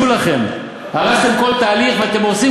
להזכיר לך איפה